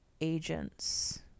agents